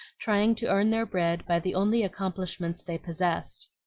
trying to earn their bread by the only accomplishments they possessed.